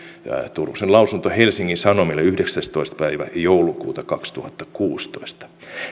turusen lausunto helsingin sanomille yhdeksästoista päivä joulukuuta kaksituhattakuusitoista